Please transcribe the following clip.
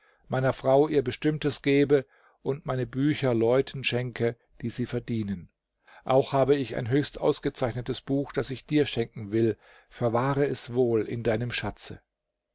meiner frau ihr bestimmtes gebe und meine bücher leuten schenke die sie verdienen auch habe ich ein höchst ausgezeichnetes buch das ich dir schenken will verwahre es wohl in deinem schatze